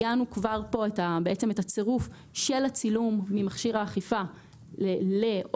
עיגנו כבר כאן את הצירוף של הצילום ממכשיר האכיפה להודעה